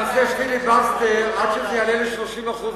נעשה פיליבסטר עד שזה יעלה ל-30% בבוקר.